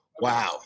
Wow